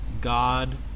God